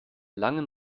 langen